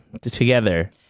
together